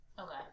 Okay